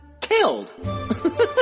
killed